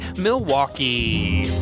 Milwaukee